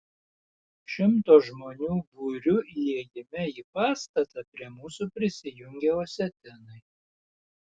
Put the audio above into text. šimto žmonių būriu įėjime į pastatą prie mūsų prisijungė osetinai